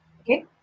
okay